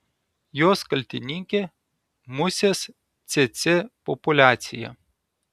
jos kaltininkė musės cėcė populiacija